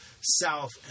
south